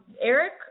Eric